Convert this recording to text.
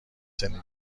زندگی